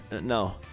no